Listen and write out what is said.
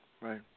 right